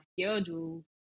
schedule